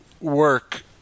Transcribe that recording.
work